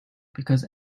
because